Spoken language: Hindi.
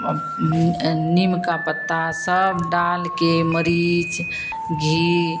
अब उहुं नीम का पत्ता सब डालकर मिर्च घी